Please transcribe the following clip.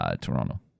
Toronto